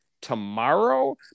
tomorrow